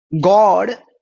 God